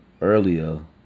earlier